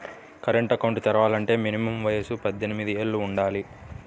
current account తెరవాలంటే minimum వయసు పద్దెనిమిది యేళ్ళు వుండాలి